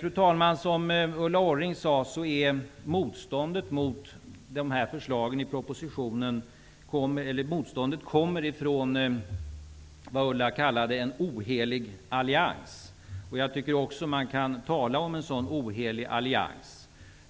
Fru talman! Motståndet mot förslaget i propositionen kommer från en ohelig allians, som Ulla Orring kallade det.